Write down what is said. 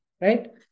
right